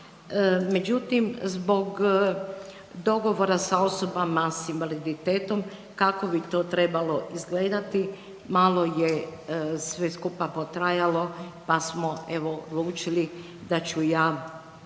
Međutim, zbog dogovora s osobama s invaliditetom kako bi to trebalo izgledati malo je sve skupa potrajalo pa smo evo odlučili da ću ja